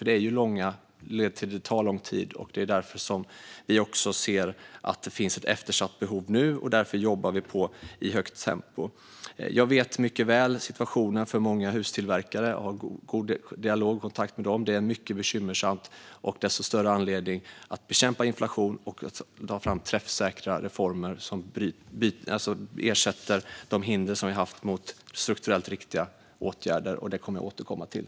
Det är ju långa ledtider. Det tar lång tid. Det är också därför vi nu ser att det finns ett eftersatt behov. Och därför jobbar vi på i ett högt tempo. Jag vet mycket väl hur situationen är för många hustillverkare och har en god dialog och kontakt med dem. Det är mycket bekymmersamt, och det finns därmed desto större anledning att bekämpa inflationen och ta fram träffsäkra reformer där det tidigare funnits hinder för strukturellt riktiga åtgärder. Det kommer jag att återkomma till.